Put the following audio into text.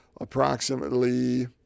approximately